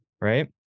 Right